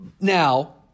Now